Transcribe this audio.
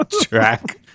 track